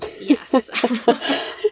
Yes